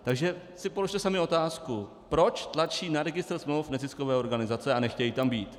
Takže si položte sami otázku, proč tlačí na registr smluv neziskové organizace a nechtějí tam být.